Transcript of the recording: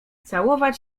całować